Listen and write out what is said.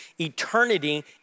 eternity